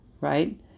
right